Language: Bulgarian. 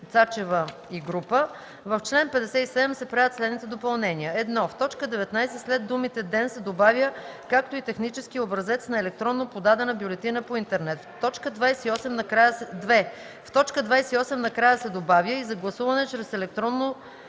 представители: „В чл. 57 се правят следните допълнения: 1. В т. 19 след думата „ден” се добавя „както и техническия образец на електронно подадена бюлетина по интернет”; 2. В т. 28 накрая се добавя „и за гласуване чрез електронното